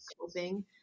coping